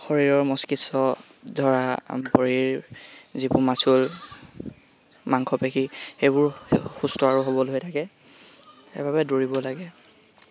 শৰীৰৰ মস্তিষ্ক ধৰা ভৰিৰ যিবোৰ মাচুল মাংস পেশী সেইবোৰ সুস্থ আৰু সবল হৈ থাকে সেইবাবে দৌৰিব লাগে